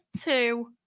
two